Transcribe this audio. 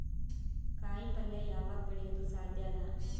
ಕಾಯಿಪಲ್ಯ ಯಾವಗ್ ಬೆಳಿಯೋದು ಸಾಧ್ಯ ಅದ?